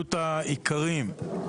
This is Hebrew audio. התאחדות האיכרים.